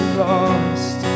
lost